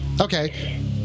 Okay